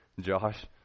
Josh